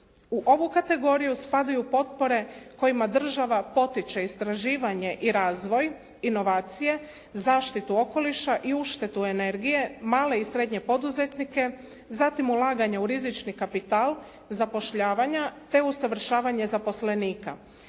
U ovu kategoriju spadaju potpore kojima država potiče istraživanje i razvoj inovacije, zaštitu okoliša i uštedu energije, male i srednje poduzetnike, zatim ulaganja u rizični kapital, zapošljavanja te usavršavanje zaposlenika.